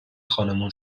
خانمان